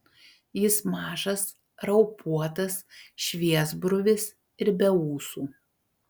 jis mažas raupuotas šviesbruvis ir be ūsų